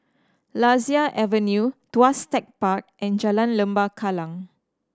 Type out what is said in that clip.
Lasia Avenue Tuas Tech Park and Jalan Lembah Kallang